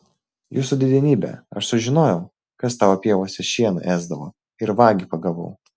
jūsų didenybe aš sužinojau kas tavo pievose šieną ėsdavo ir vagį pagavau